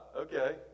Okay